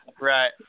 Right